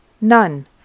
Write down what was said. None